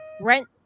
Rent